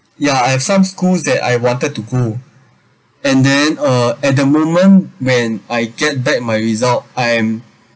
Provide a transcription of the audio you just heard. ya I've some schools that I wanted to go and then uh at the moment when I get back my result I am